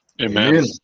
Amen